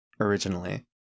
originally